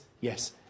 yes